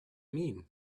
mean